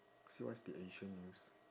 so what's the asian news